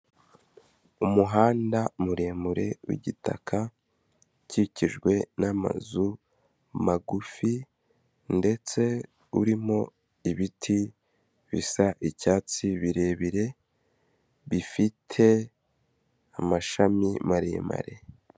Umuhanda muremure w'igitaka, ukikijwe n'amazu magufi ndetse urimo ibiti bisa icyatsi birebire, bifite amashami maremare.